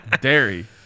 Dairy